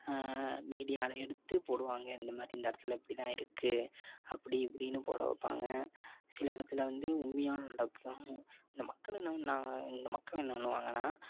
மீடியாவில எடுத்து போடுவாங்க இந்தமாதிரி இந்த இடத்தில் இப்படிதான் இருக்குது அப்படி இப்படினு போடவைப்பாங்க சில இடத்துல வந்து உண்மையாக நடக்கும் இந்த மக்களும் என்ன பண்ணாங்க மக்கள் என்ன பண்ணுவாங்கனா